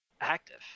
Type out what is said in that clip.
active